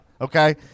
Okay